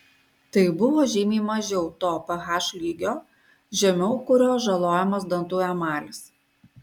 tai buvo žymiai mažiau to ph lygio žemiau kurio žalojamas dantų emalis